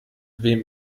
wem